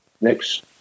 next